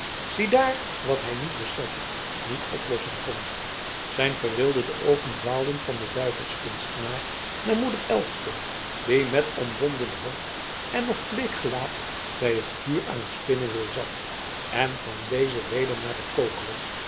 ziedaar wat hij niet beseffen niet oplossen kon zijn verwilderde oogen dwaalden van den duivelskunstenaar naar moeder elske die met omwonden hoofd en nog bleek gelaat bij het vuur aan t spinnewiel zat en van deze weder naar den kokeler